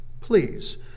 please